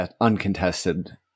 uncontested